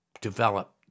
develop